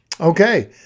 Okay